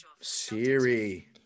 siri